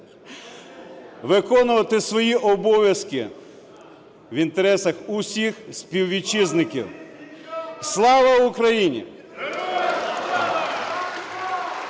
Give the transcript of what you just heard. виконувати свої обов'язки в інтересах усіх співвітчизників. Слава Україні!